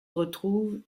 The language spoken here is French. retrouvent